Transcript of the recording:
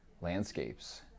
landscapes